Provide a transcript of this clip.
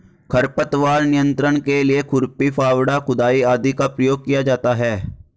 खरपतवार नियंत्रण के लिए खुरपी, फावड़ा, खुदाई आदि का प्रयोग किया जाता है